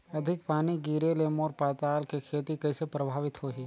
अधिक पानी गिरे ले मोर पताल के खेती कइसे प्रभावित होही?